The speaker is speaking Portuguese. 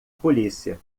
polícia